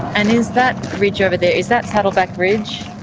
and is that ridge over there, is that saddleback ridge?